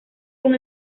con